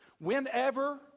whenever